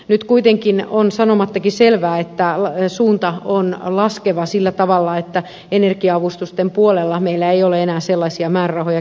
nyt kuitenkin on sanomattakin selvä että suunta on laskeva sillä tavalla että energia avustusten puolella meillä ei ole enää sellaisia määrärahoja käytössä